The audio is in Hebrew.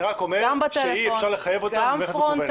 אני רק אומר שאי אפשר לחייב אותם להגיש בדרך מקוונת.